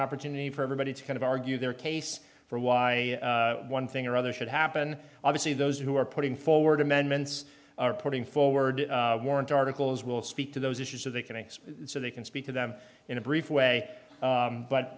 an opportunity for everybody to kind of argue their case for why one thing or other should happen obviously those who are putting forward amendments are putting forward warrants articles will speak to those issues so they can explain so they can speak to them in a brief way